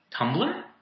Tumblr